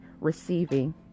receiving